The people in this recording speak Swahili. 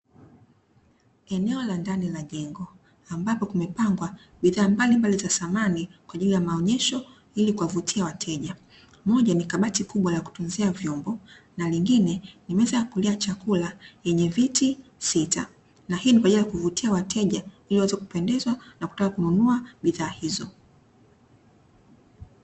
Eneo la ndani la jengo ambapo kumepangwa bidhaa mbalimbali za samani kwaajili ya maonyesho ili kuwavutia wateja, moja ni kabati kubwa la kutunzia vyombo na lingine ni meza ya kulia chakula yenye viti sita na hii ni kwaajili ya kuwavutia wateja ili waweze kupendezwa na kutaka kununua bidhaa hizo.